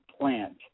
plant